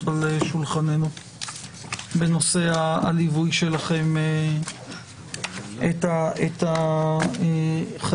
על שולחננו בנושא הליווי שלכם את החייבים.